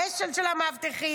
האש"ל של המאבטחים,